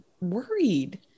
worried